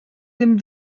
dem